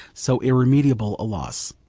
so irremediable, a loss.